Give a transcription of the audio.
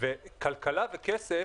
וכלכלה וכסף,